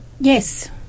Yes